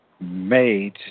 made